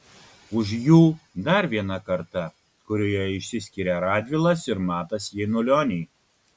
už jų dar viena karta kurioje išsiskiria radvilas ir matas janulioniai